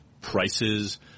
prices